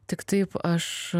tik taip aš